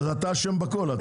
אז אתה אשם בכול.